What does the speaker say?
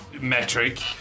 metric